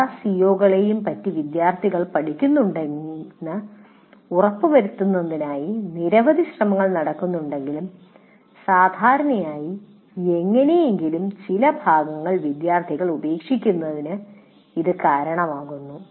എല്ലാ സിഒകളെയും പറ്റി വിദ്യാർത്ഥികൾ എല്ലാം പഠിക്കുന്നുണ്ടെന്ന് ഉറപ്പുവരുത്തുന്നതിനായി നിരവധി ശ്രമങ്ങൾ നടക്കുന്നുണ്ടെങ്കിലും സാധാരണയായി എങ്ങനെയെങ്കിലും ചില ഭാഗങ്ങൾ വിദ്യാർത്ഥികൾ ഉപേക്ഷിക്കുന്നതിന് ഇത് കാരണമാകുന്നു